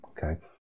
Okay